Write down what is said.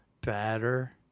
Better